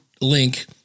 link